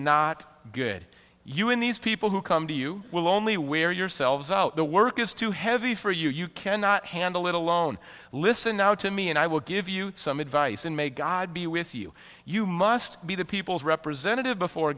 not good you in these people who come to you will only wear yourselves out the way work is too heavy for you you cannot handle it alone listen now to me and i will give you some advice and may god be with you you must be the people's representative before